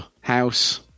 house